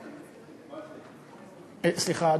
סליחה,